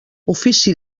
ofici